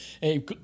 Hey